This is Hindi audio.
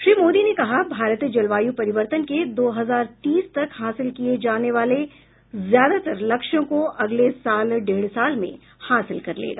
श्री मोदी ने कहा भारत जलवायु परिवर्तन के दो हजार तीस तक हासिल किये जाने वाले ज्यादातर लक्ष्यों को अगले साल डेढ़ साल में हासिल कर लेगा